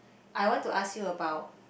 I want to ask you about